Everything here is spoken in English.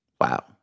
Wow